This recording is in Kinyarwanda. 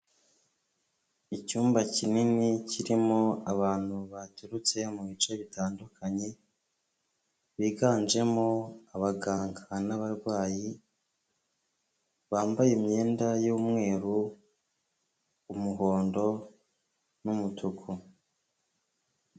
Icyumba kinini kirimo abantu baturutse mu bice bitandukanye, biganjemo abaganga n'abarwayi, bambaye imyenda y'umweru, umuhondo, n'umutuku.